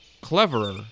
cleverer